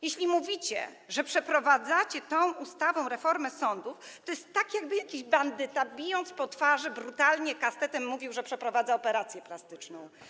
Jeśli mówicie, że przeprowadzacie tą ustawą reformę sądów, to jest tak jakby jakiś bandyta, bijąc po twarzy brutalnie kastetem, mówił, że przeprowadza operację plastyczną.